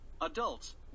Adults